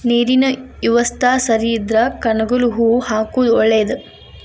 ನೇರಿನ ಯವಸ್ತಾ ಸರಿ ಇದ್ರ ಕನಗಲ ಹೂ ಹಾಕುದ ಒಳೇದ